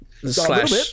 slash